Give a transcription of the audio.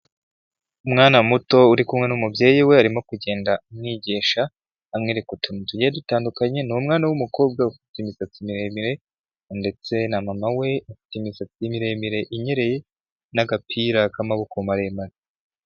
Umwana muto uri kumwe n'umubyeyi we arimo kugenda amwigisha amwereka utuntu tugiye dutandukanye ni umwana w'umukobwa ufite imisatsi miremire ndetse na mama we afite imisatsi miremire inyereye n'agapira k'amaboko maremare.